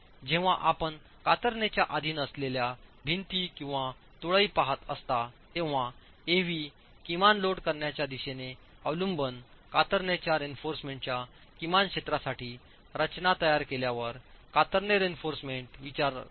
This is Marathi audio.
जेव्हा आपण कातरणेच्या अधीन असलेल्या भिंती किंवा तुळई पहात असता तेव्हा एव्ही किमान लोड करण्याच्या दिशेने अवलंबून कतरणेच्या रीइन्फोर्समेंटच्या किमान क्षेत्रासाठी रचना तयार केल्यावर कतरणे रीइन्फोर्समेंट विचारात घेणे आवश्यक आहे